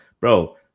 bro